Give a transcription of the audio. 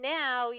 now